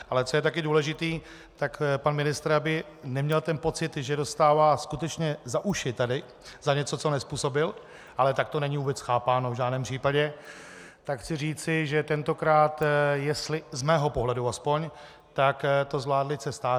Ale co je taky důležité, tak pan ministr, aby neměl pocit, že dostává skutečně za uši tady za něco, co nezpůsobil, ale tak to není vůbec chápáno v žádném případě, tak chci říci, že tentokrát jestli z mého pohledu aspoň, tak to zvládli cestáři.